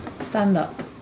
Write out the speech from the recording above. stand-up